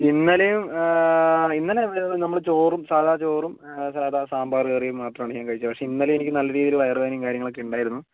ഇന്നലെയും ഇന്നലെ നമ്മൾ ചോറും സാദാ ചോറും സാദാ സാമ്പാർ കറിയും മാത്രമാണ് ഞാൻ കഴിച്ചത് പക്ഷേ ഇന്നലെ എനിക്ക് നല്ല രീതിയിൽ വയർ വേദനയും കാര്യങ്ങളൊക്കെ ഉണ്ടായിരുന്നു